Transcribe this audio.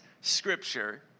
scripture